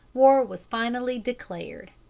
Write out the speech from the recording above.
war was finally declared.